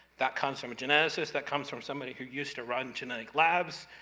that comes from a geneticist. that comes from somebody who used to run genetic labs.